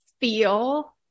feel